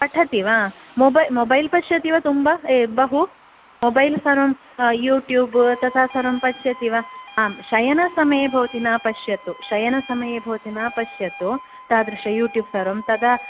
पठति वा मोब मोबैल् वा पश्यति वा तुम्ब ए बहु मोबैल् सर्वं ह युट्यूब् तथा सर्वं पश्यति वा आम् शयनसमये भवती न पश्यतु शयनसमये भवती न पश्यतु तादृश यूट्यूब् सर्वम् तदा